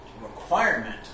requirement